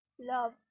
love